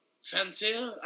fancier